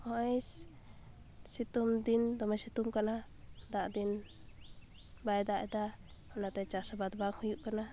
ᱦᱚᱸᱜᱼᱚᱭ ᱥᱤᱛᱩᱝᱫᱤᱱ ᱫᱚᱢᱮ ᱥᱤᱛᱩᱝ ᱠᱟᱱᱟ ᱫᱟᱜ ᱫᱤᱱ ᱵᱟᱭ ᱫᱟᱜ ᱮᱫᱟ ᱚᱱᱟᱛᱮ ᱪᱟᱥ ᱟᱵᱟᱫ ᱵᱟᱝ ᱦᱩᱭᱩᱜ ᱠᱟᱱᱟ